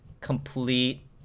complete